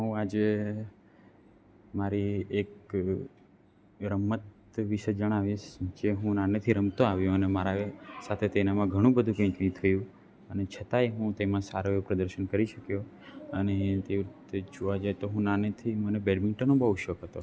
હું આજે મારી એક રમત વિશે જણાવીશ જે હું નાનેથી રમતો આવ્યો અને મારા સાથે તેનામાં ઘણું બધું કંઈ થયું અને છતાંય હું તેમાં સારો એવો પ્રદર્શન કરી શક્યો અને તે જોવા જઈએ તો હું નાનેથી મને બેડમિન્ટનનો બહુ શોખ હતો